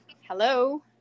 hello